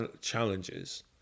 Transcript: challenges